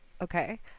Okay